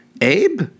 Abe